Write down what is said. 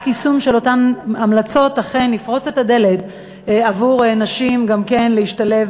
רק יישום של אותן המלצות אכן יפרוץ את הדלת עבור נשים גם כן להשתלב